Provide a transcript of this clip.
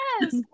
Yes